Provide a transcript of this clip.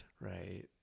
Right